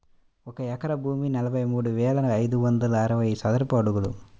ఒక ఎకరం భూమి నలభై మూడు వేల ఐదు వందల అరవై చదరపు అడుగులు